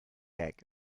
egg